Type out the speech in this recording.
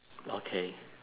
okay